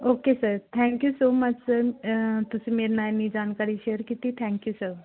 okay sir thank you so much sir ਤੁਸੀਂ ਮੇਰੇ ਨਾਲ ਐਨੀ ਜਾਣਕਾਰੀ ਸ਼ੇਅਰ ਕੀਤੀ ਥੈਂਕ ਯੂ ਸਰ